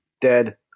dead